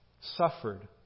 suffered